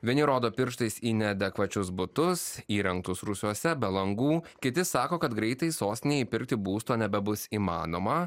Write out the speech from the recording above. vieni rodo pirštais į neadekvačius butus įrengtus rūsiuose be langų kiti sako kad greitai sostinėj įpirkti būsto nebebus įmanoma